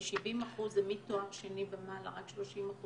כ-70% זה מתואר שני ומעלה, רק 30% לא.